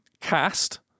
cast